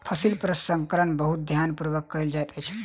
फसील प्रसंस्करण बहुत ध्यान पूर्वक कयल जाइत अछि